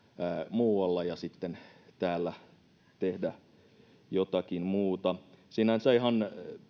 muualla ja sitten täällä tehdään jotakin muuta sinänsä ihan